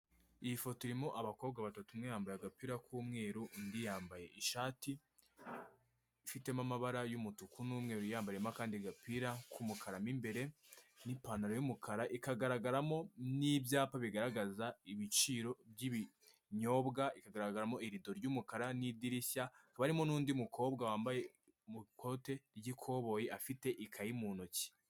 Iyi foto irimo abakobwa batatu; umwe yambaye agapira k'umweru, undi yambaye ishati ifitemo amabara y'umutuku n'umweru, yambayemo akandi gapira k'umukara mo imbere y'ipantalo y'umukara, ikagaragaramo n'ibyapa bigaragaza ibiciro by'ibi binyobwa bigaragaramo irido ry'umukara n'idirishya, barimo n'undi mukobwa wambaye ikote ry'ikoboyi afite ikayi mu ntoki.